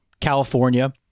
California